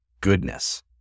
Goodness